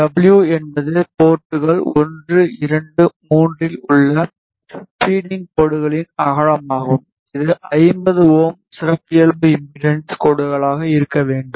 W என்பது போர்ட்கள் 1 2 3 இல் உள்ள பீடிங் கோடுகளின் அகலமாகும் இது 50 Ω சிறப்பியல்பு இம்பெடன்ஸ் கோடுகளாக இருக்க வேண்டும்